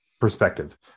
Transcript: perspective